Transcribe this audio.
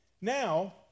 Now